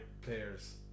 players